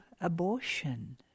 abortion